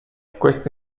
queste